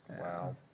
Wow